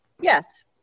Yes